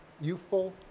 youthful